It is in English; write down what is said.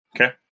Okay